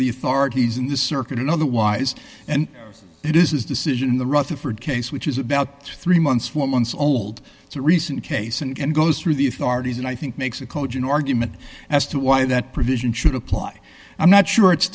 the authorities in the circuit and otherwise and it is his decision in the rutherford case which is about three months four months old it's a recent case and goes through the authorities and i think makes a cogent argument as to why that provision should apply i'm not sure it's